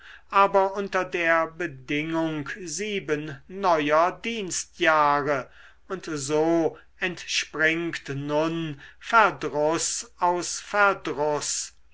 aber unter der bedingung sieben neuer dienstjahre und so entspringt nun verdruß aus